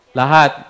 lahat